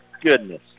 goodness